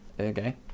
Okay